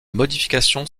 modifications